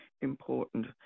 important